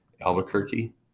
Albuquerque